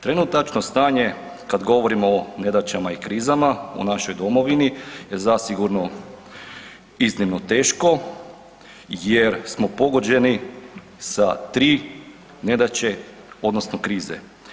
Trenutačno stanje kad govorimo o nedaćama i krizama u našoj domovini je zasigurno iznimno teško jer smo pogođeni sa 3 nedaće odnosno krize.